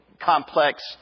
complex